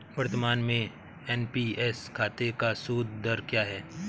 वर्तमान में एन.पी.एस खाते का सूद दर क्या है?